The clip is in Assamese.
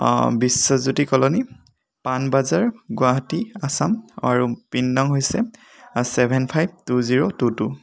বিশ্বজ্যোতি কলনী পাণবাজাৰ গুৱাহাটী আচাম আৰু পিন নং হৈছে seven five two zero two two